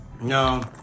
No